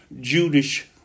Jewish